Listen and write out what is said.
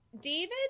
David